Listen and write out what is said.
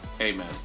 Amen